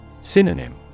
Synonym